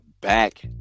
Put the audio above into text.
back